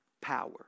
power